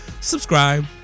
Subscribe